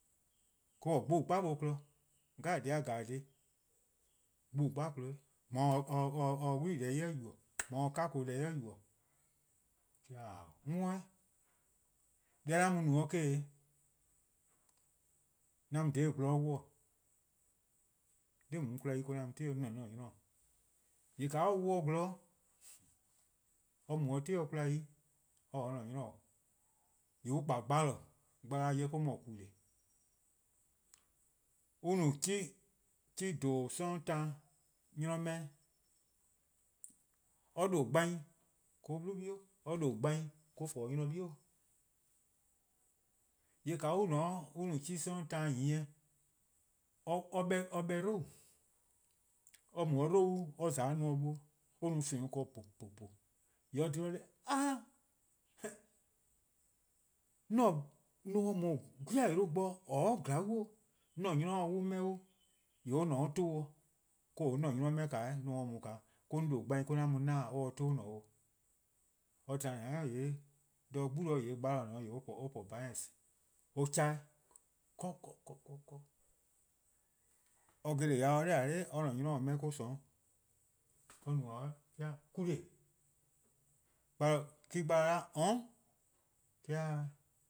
Or-: gbouga' 'ye kpon, dhih 'jeh-a dhih 'jeh gbouga' kpon or, mor or se 'wlii deh 'i yubo:, or se 'kako' deh 'i yubo:. 'De or 'da :ao' 'on 'worn-', deh 'an mu-a no-' eh-: :dhe-dih, 'an mu dha gwlor 'wluh-', 'de 'kwla 'de 'an mu 'ti-' 'mor-: 'dekorn: 'an-a' 'nynor-:. :yee' :ka or 'wluh-a gwlor 'de or mu or ti-a 'de 'kwla or-: or-a'a: 'nynor-:, :yee' on kpa gbalor:, gbalor-a' 'jeh or 'nyne :mor :kule:, on no 'chuh+, 'chuh+ :dhoo: 'sororn' taan, 'nynor 'meh-', or :due' gbai or-: 'blu 'bie', or :due' gbai or-: po 'de 'nynor' 'de 'bie' 'di. :yee' :ka on :ne-a 'de 'de on no-a 'chuh+ 'sororn' taan nyieh, or 'beh 'dlou:, or mu 'de 'dlou-' or :za 'de nomor bi on no :feon: ken-dih :puh :puh, 'de or :dhe-dih or 'da 'a! 'An nomor :daa 'gwie: 'yluh bo or glaa'on :mor 'an 'nynor se 'meh :dee :yee' or ne-' 'ton 'o, or-: :dhe-dih 'an 'nynor 'meh :naa 'o, nomor :daa or-: 'on :due' 'an mu 'na-' 'o, :yee' or se 'ton-' :ne 'o. or to-a :dou'+'de 'gbu de :yee' gbalor: :or :ne-a 'de :yee' or tba keleh-nyne 'i or keleh 'kor, 'kor, 'kor, :yee' or gele-dih, :mor or taa 'ye :dee :yee' or 'da or-a' 'nynor :or 'meh-a or-: 'o :or :sorn. Or no-a 'o 'de or 'da :kule:, gbalor:, 'de gbalor :oon', 'do or 'da,,